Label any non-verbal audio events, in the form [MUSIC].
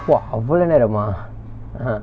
!wah! அவளோ நேரமா:avalo neramaa [NOISE] ah